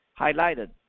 highlighted